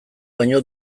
baina